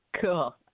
Cool